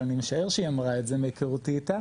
ואני משער שהיא אמרה את זה מהיכרותי איתה,